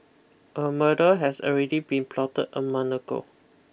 a murder has already been plotted a month ago